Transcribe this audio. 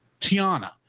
Tiana